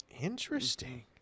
Interesting